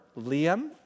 Liam